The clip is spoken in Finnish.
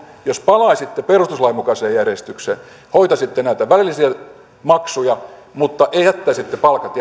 jos palaisitte perustuslain mukaiseen järjestykseen hoitaisitte näitä välillisiä maksuja mutta jättäisitte palkat